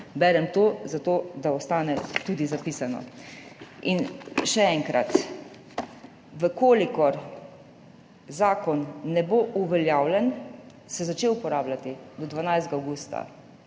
berem zato, da ostane tudi zapisano. Še enkrat, če zakon ne bo uveljavljen, se ne bo začel uporabljati do 12. avgusta,